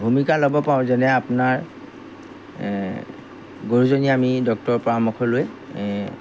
ভূমিকা ল'ব পাৰোঁ যেনে আপোনাৰ গৰুজনী আমি ডক্টৰৰ পৰামৰ্শ লৈ